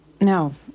No